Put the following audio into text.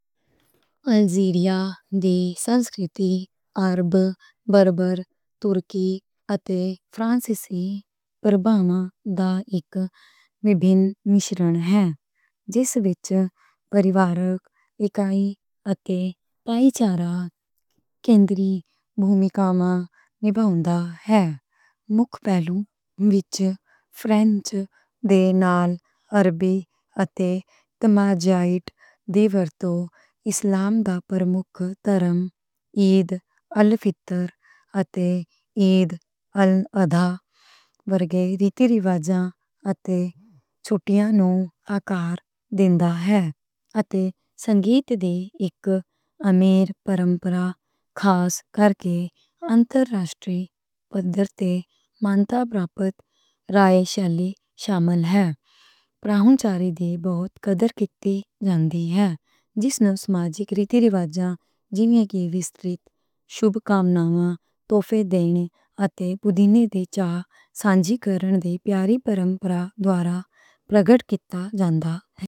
الجیریا دی سنسکرتی عرب، بربر، ترکی اتے فرانسیسی پرابھاواں دا اک ویبھِن شناخت ہے۔ جس وچ پریوارک اکائی اتے کندری بھومیکا میں نبھاؤندا ہے۔ مکھ پہلو وچ فرانسیسی دے نال عربی اتے تمازیغیت اسلام دا پرمکھ ترم عید الفطر اتے عید الاضحی ورگے ریت رواج اتے چھٹیاں نوں آکار دیندا ہے۔ اتے سنگیت دی اک امیر پرمپرہ خاص کرکے انتراشٹری پدھر تے مانتا پراپت شیلی شامل ہے۔ پرہونچاری دی بہت قدر کیتی جان دی ہے۔ جس نال سماجی ریتیاں رواجاں جی میں کُھلّی شبھ کامناں، توہفے دینے اتے چائے سانجھ کرن دی پیاری پرمپرہ دوارہ پرگٹ کیتا جاندا ہے۔